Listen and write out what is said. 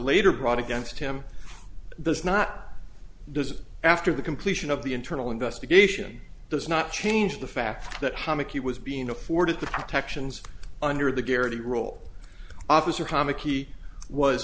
later brought against him does not deserve after the completion of the internal investigation does not change the fact that comic he was being afforded the protections under the guarantee role officer comic he was